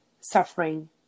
suffering